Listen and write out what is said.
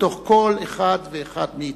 בתוך כל אחד ואחד מאתנו.